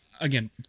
again